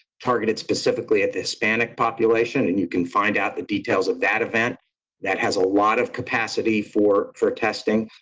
targeted specifically at the hispanic population. and you can find out the details of that event that has a lot of capacity for for testing.